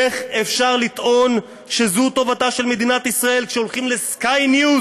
איך אפשר לטעון שזו טובתה של מדינת ישראל כשהולכים ל-Sky News